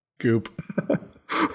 Goop